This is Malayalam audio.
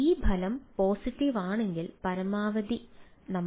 ഈ ഫലം പോസിറ്റീവ് അല്ലെങ്കിൽ പരമാവധി ആണെങ്കിൽ